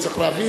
הוא צריך להבין.